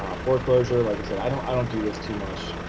um foreclosure, like i said, i don't i don't do this too much.